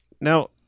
Now